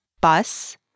bus